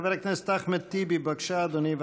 חבר הכנסת אחמד טיבי, בבקשה, אדוני.